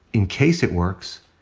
in case it works,